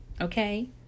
Okay